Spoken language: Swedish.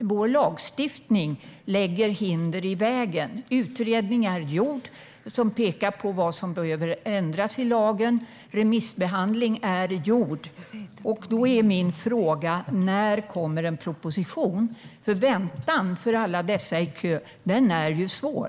Vår lagstiftning lägger hinder i vägen. Utredning har gjorts som pekar på vad som behöver ändras i lagen. Remissbehandling är genomförd. Då är min fråga: När kommer en proposition? Väntan för alla som står i kö är ju svår.